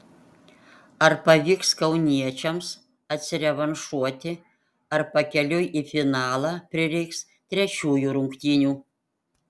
ar pavyks kauniečiams atsirevanšuoti ar pakeliui į finalą prireiks trečiųjų rungtynių